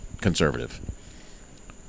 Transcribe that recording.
conservative